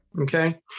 Okay